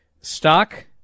stock